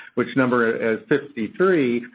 which number as fifty three,